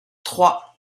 trois